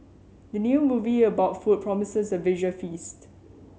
the new movie about food promises a visual feast